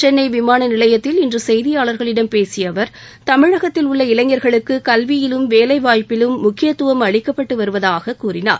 சென்னை விமான நிலையத்தில் இன்று செய்தியாளர்களிடம் பேசிய அவர் தமிழகத்தில் உள்ள இளைஞர்களுக்கு கல்வியிலும் வேலைவாய்ப்பிலும் முக்கியத்துவம் அளிக்கப்பட்டு வருவதாக கூறினார்